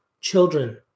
children